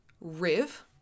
Riv